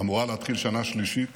שאמורה להתחיל שנה שלישית